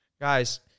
Guys